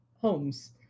homes